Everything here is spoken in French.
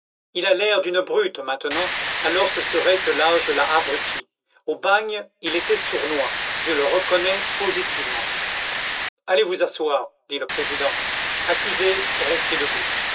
il a l'air d'une brute maintenant alors ce serait que l'âge l'a abruti au bagne il était sournois je le reconnais positivement allez vous asseoir dit le président accusé restez debout